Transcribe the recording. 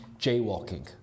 jaywalking